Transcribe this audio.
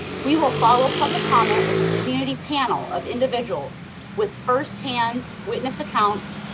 we will follow public comment with the community panel of individuals with first-hand witness accounts,